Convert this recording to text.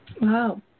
Wow